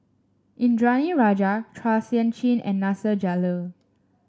Indranee Rajah Chua Sian Chin and Nasir Jalil